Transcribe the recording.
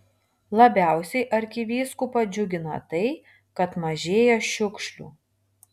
labiausiai arkivyskupą džiugina tai kad mažėja šiukšlių